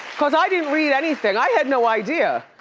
cause i didn't read anything, i had no idea.